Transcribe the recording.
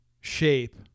shape